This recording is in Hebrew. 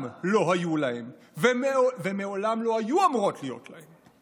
לא היו להם ומעולם לא היו אמורות להיות להם.